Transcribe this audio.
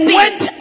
went